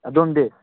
ꯑꯗꯣꯝꯗꯤ